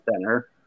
center